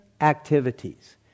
activities